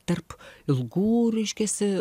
tarp ilgų reiškiasi